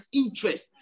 interest